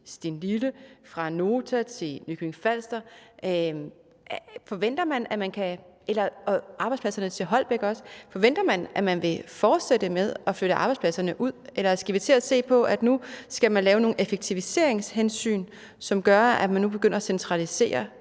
arbejdspladser i Nota til Nykøbing Falster og arbejdspladser til Holbæk også. Forventer man, at man vil fortsætte med at flytte arbejdspladserne ud? Eller skal vi til at se på, at man nu skal lave nogle effektiviseringshensyn, som gør, at man nu begynder at centralisere